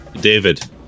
David